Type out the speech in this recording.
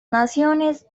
naciones